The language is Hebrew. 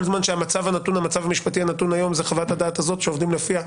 כל זמן שהמצב המשפטי הנתון היום זה חוות הדעת הזאת שעובדים לפיה,